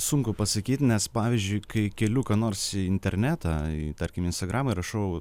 sunku pasakyt nes pavyzdžiui kai keliu ką nors į internetą tarkim į instagramą ir rašau